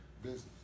Business